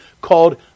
called